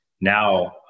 now